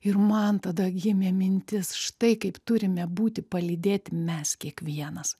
ir man tada gimė mintis štai kaip turime būti palydėti mes kiekvienas